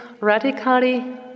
radically